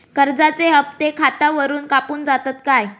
कर्जाचे हप्ते खातावरून कापून जातत काय?